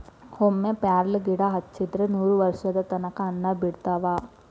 ಒಮ್ಮೆ ಪ್ಯಾರ್ಲಗಿಡಾ ಹಚ್ಚಿದ್ರ ನೂರವರ್ಷದ ತನಕಾ ಹಣ್ಣ ಬಿಡತಾವ